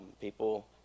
people